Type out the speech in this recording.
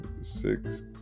six